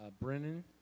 Brennan